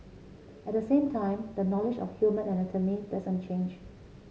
at the same time the knowledge of human anatomy doesn't change